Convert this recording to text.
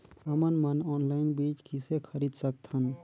हमन मन ऑनलाइन बीज किसे खरीद सकथन?